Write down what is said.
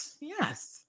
Yes